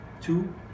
Two